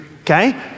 okay